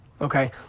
Okay